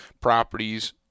properties